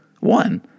one